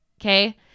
Okay